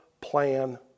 plan